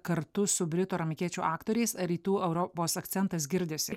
kartu su britų ar amerikiečių aktoriais rytų europos akcentas girdisi